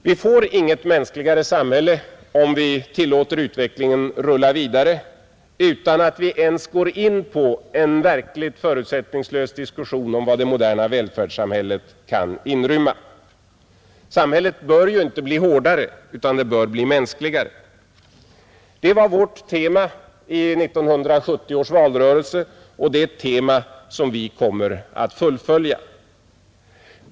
Vi får inget mänskligare samhälle, om vi tillåter utvecklingen att rulla vidare utan att gå in på en verkligt förutsättningslös diskussion om vad det moderna välfärdssamhället kan inrymma, Samhället bör inte bli hårdare, utan mänskligare, Det var vårt tema i 1970 års valrörelse, och det är ett tema som vi kommer att fullfölja.